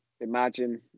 imagine